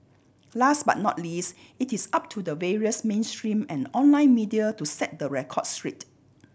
last but not least it is up to the various mainstream and online media to set the record straight